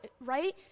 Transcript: right